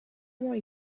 more